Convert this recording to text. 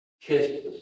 Kiss